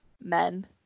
Men